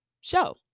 show